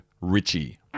Richie